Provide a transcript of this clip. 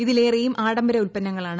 ഇതിലേറെയും ആഡംബര ഉൽപ്പന്ന്ങ്ങളാണ്